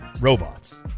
robots